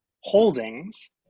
Holdings